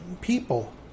people